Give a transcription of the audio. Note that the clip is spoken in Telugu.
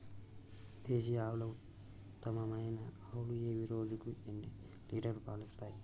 దేశీయ ఆవుల ఉత్తమమైన ఆవులు ఏవి? రోజుకు ఎన్ని లీటర్ల పాలు ఇస్తాయి?